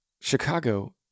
Chicago